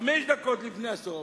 חמש דקות לפני הסוף,